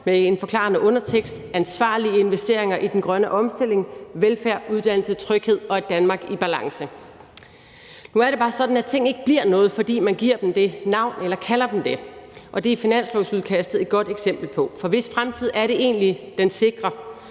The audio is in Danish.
med den forklarende undertekst »Ansvarlige investeringer i den grønne omstilling, velfærd, uddannelse, tryghed og et Danmark i balance«. Nu er det bare sådan, at ting ikke bliver noget, fordi man giver dem et navn eller kalder dem noget, og det er finanslovsudkastet et godt eksempel på. For hvis fremtid er det egentlig, den sikrer,